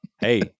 hey